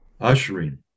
ushering